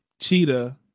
Cheetah